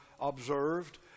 observed